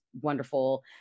wonderful